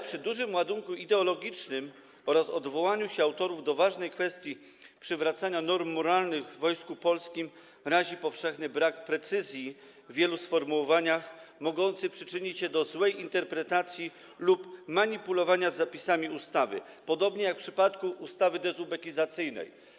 Przy tak dużym ładunku ideologicznym oraz odwołaniu się autorów do ważnej kwestii przywracania norm moralnych w Wojsku Polskim razi powszechny brak precyzji w wielu sformułowaniach, mogący przyczynić się do złej interpretacji ustawy lub do manipulowania jej zapisami, podobnie jak w przypadku ustawy dezubekizacyjnej.